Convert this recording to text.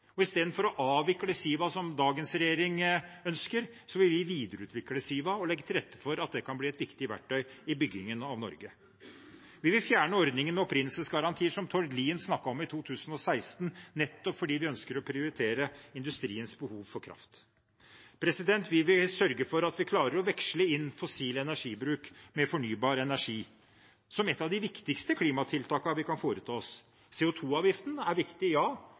Og istedenfor å avvikle SIVA, som dagens regjering ønsker, vil vi videreutvikle SIVA og legge til rette for at det kan bli et viktig verktøy i byggingen av Norge. Vi vil fjerne ordningen med opprinnelsesgarantier som Tord Lien snakket om i 2016, nettopp fordi vi ønsker å prioritere industriens behov for kraft. Vi vil sørge for at vi klarer å veksle inn fossil energibruk med fornybar energi, som et av de viktigste klimatiltakene vi kan foreta oss. CO 2 -avgiften er viktig – ja,